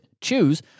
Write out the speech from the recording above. choose